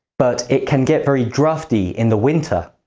but it can get very drafty in the winter.